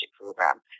program